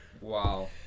Wow